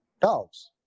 dogs